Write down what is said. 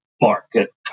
market